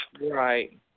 Right